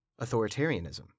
Authoritarianism